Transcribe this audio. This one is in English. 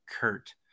Kurt